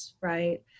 right